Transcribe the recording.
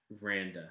Randa